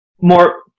more